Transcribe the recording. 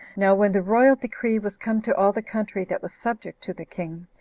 now when the royal decree was come to all the country that was subject to the king,